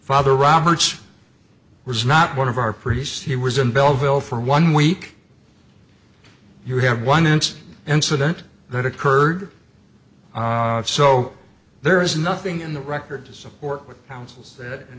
father roberts was not one of our priests he was in bellville for one week you have one and incident that occurred so there is nothing in the record to support with